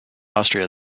austria